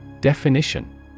Definition